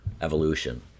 evolution